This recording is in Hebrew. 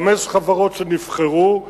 חמש חברות שנבחרו,